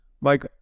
Mike